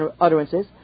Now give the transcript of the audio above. utterances